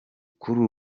kuri